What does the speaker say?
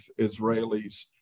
Israelis